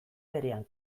berean